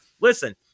Listen